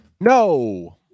No